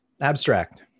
Abstract